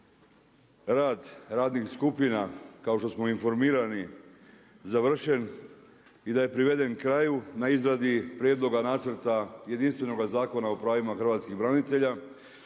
rad radnih skupina kao što smo informirani završen i da je priveden kraju na izradi prijedloga nacrta jedinstvenoga zakona o pravima hrvatskih branitelja